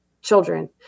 children